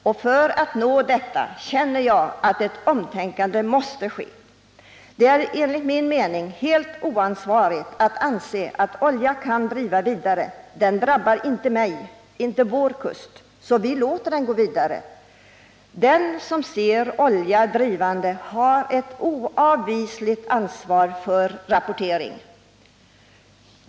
För att vi skall nå dit känner jag att ett omtänkande måste ske. Det är enligt min mening helt oansvarigt att anse att olja kan driva vidare: ”Den drabbar inte mig, den drabbar inte vår kust, så vi låter den gå vidare.” Den som ser drivande olja har ett oavvisligt ansvar för rapportering.